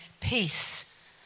Peace